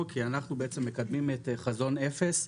כי אנחנו בעצם מקדמים את חזון אפס,